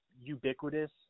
ubiquitous